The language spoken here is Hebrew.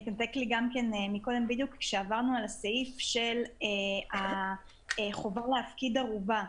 קודם כשעברנו על הסעיף של החובה להפקיד ערובה.